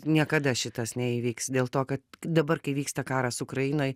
niekada šitas neįvyks dėl to kad dabar kai vyksta karas ukrainoj